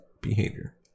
behavior